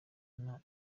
ajyana